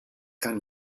kann